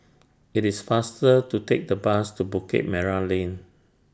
IT IS faster to Take The Bus to Bukit Merah Lane